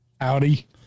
Howdy